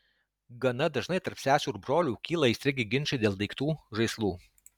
gana dažnai tarp sesių ir brolių kyla aistringi ginčai dėl daiktų žaislų